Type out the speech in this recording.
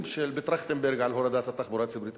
שהיו בוועדת-טרכטנברג על הורדת המחירים בתחבורה הציבורית.